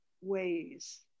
ways